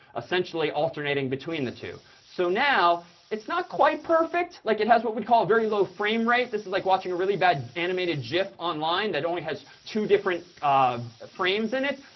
essentially alternating between the two. so now it's not quite perfect. like, it has what we call very low frame rate. this is like watching a really bad animated gif online that only has two different frames in it.